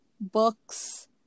books